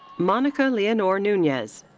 monica leonor nunez.